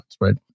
right